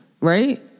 right